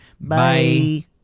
Bye